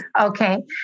okay